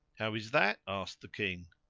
how is that? asked the king,